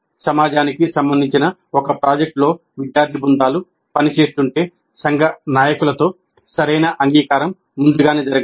సమాజానికి సంబంధించిన ఒక ప్రాజెక్ట్లో విద్యార్థి బృందాలు పనిచేస్తుంటే సంఘ నాయకులతో సరైన అంగీకారం ముందుగానే జరగాలి